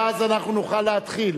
ואז אנחנו נוכל להתחיל,